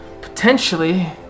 Potentially